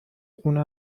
خونه